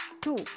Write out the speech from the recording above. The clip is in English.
two